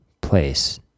place